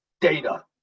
data